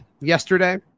yesterday